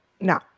No